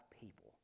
people